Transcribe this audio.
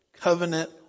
Covenant